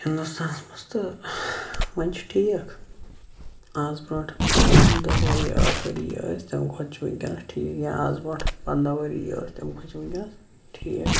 ہِندُستانَس مَنٛز تہٕ وۄنۍ چھُ ٹھیٖک آز برونٚٹھ داہہ ؤری ٲٹھۍ ؤری ٲسۍ تمہِ کھوتہٕ چھِ ونکنس ٹھیک یا آز برونٛٹھ پَنداہ ؤری یہِ ٲسۍ تمہِ کھۄتہٕ چھِ ونکنَس ٹھیٖک